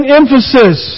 emphasis